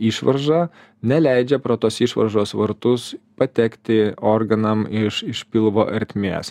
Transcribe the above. išvaržą neleidžia pro tos išvaržos vartus patekti organam iš iš pilvo ertmės